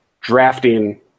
drafting